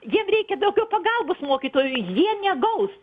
jiems reikia daugiau pagalbos mokytojų jie negaus